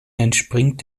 entspringt